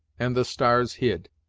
and the stars hid.